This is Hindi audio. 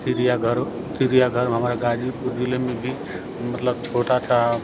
चिड़ियाघर चिड़ियाघर हमारा गाजीपुर ज़िले में भी मतलब छोटा सा